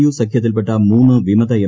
U സഖ്യത്തിൽപ്പെട്ട് മൂന്ന് വിമത എം